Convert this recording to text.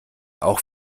auch